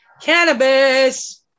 Cannabis